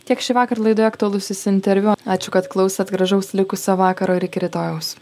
tiek šįvakar laidoje aktualusis interviu ačiū kad klausėt gražaus likusio vakaro ir iki rytojaus